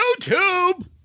YouTube